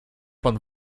pan